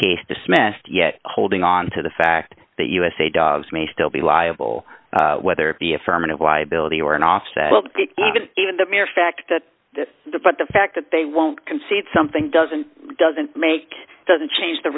case dismissed yet holding on to the fact that usa dogs may still be liable whether it be affirmative liability or an offset well even even the mere fact that the but the fact that they won't concede something doesn't doesn't make doesn't change the